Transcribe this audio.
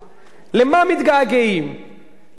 לכהונה הכושלת ביותר מאז קום המדינה?